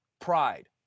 Pride